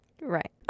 Right